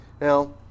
Now